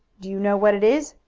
do you know what it is?